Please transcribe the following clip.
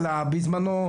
בזמנו,